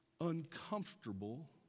uncomfortable